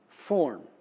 form